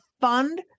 fund